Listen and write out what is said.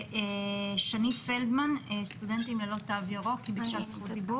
זכות דיבור לשני פלדמן מסטודנטים ללא תו ירוק.